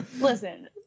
Listen